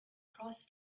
cross